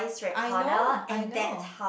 I know I know